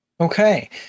Okay